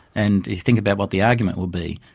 and if you think about what the argument would be,